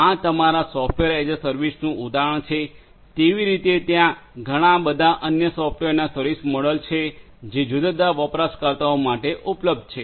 આ તમારા software as a સર્વિસનું ઉદાહરણ છે તેવી કે રીતે ત્યાં ઘણાં બધાં અન્ય સોફ્ટવેરનાં સર્વિસ મોડેલ્સ છે જે જુદા જુદા વપરાશકર્તાઓ માટે ઉપલબ્ધ છે